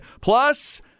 Plus